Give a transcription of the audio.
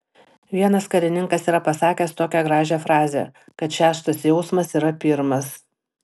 vienas karininkas yra pasakęs tokią gražią frazę kad šeštas jausmas yra pirmas